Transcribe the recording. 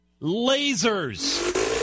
lasers